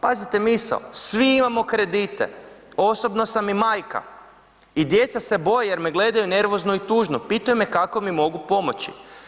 Pazite misao, svi imamo kredite, osobno sam i majka i djeca se boje jer me gledaju nervozno i tužno, pitaju me kako mi mogu pomoći.